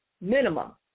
minimum